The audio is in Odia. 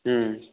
ହୁଁ